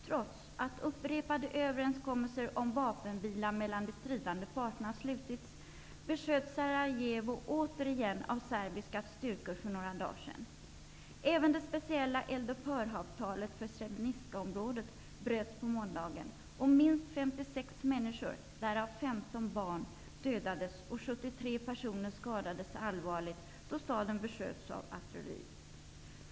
Trots att upprepade överenskommelser om vapenvila mellan de stridande parterna slutits, besköts Sarajevo återigen av serbiska styrkor för några dagar sedan. Även det speciella eldupphöravtalet för Srebrenicaområdet bröts på måndagen och minst 56 människor, därav 15 barn, dödades och 73 personer skadades allvarligt då staden besköts av artilleri.